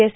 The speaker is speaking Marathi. एस